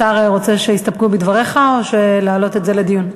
השר, רוצה שיסתפקו בדבריך או להעלות את זה לדיון?